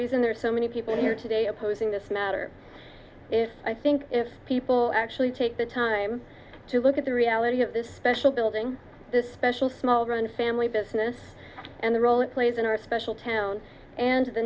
reason there are so many people here today opposing this matter if i think if people actually take the time to look at the reality of this special building this special small run family business and the role it plays in our special town and the